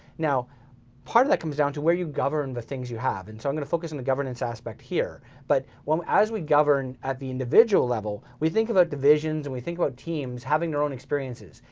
now part of that comes down to where you govern the things you have, and so i'm gonna focus on the governance aspect here, but um as we govern at the individual level, we think about divisions and we think about teams having their own experiences.